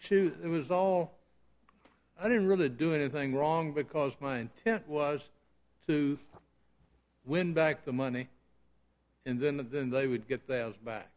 issues it was all i didn't really do anything wrong because my intent was to win back the money and then the they would get